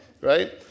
right